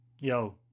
Yo